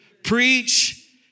Preach